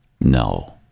No